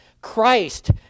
Christ